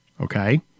Okay